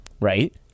right